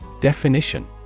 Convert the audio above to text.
Definition